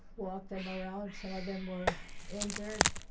walked them around. some of them were injured,